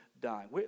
dying